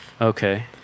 Okay